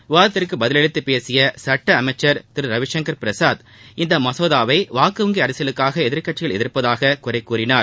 விவாதத்திற்கு பதிலளித்து பேசிய சட்ட அமைச்சர் திரு ரவிசங்கர் பிரசாத் இந்த மசோதாவை வாக்குவங்கி அரசியலுக்காக எதிர்க்கட்சிகள் எதிர்ப்பதாக குறை கூறினார்